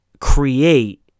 create